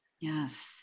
yes